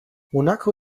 monaco